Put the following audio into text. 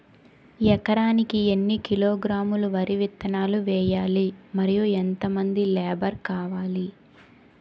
ఎకరానికి ఎన్ని కిలోగ్రాములు వరి విత్తనాలు వేయాలి? మరియు ఎంత మంది లేబర్ కావాలి?